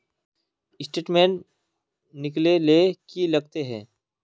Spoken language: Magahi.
स्टेटमेंट निकले ले की लगते है?